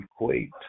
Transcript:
equate